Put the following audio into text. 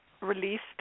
released